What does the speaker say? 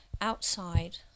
outside